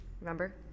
Remember